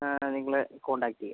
നിങ്ങളെ കോൺടാക്ട് ചെയ്യാം